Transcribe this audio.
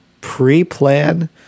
pre-plan